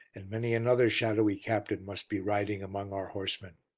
and many another shadowy captain must be riding among our horsemen.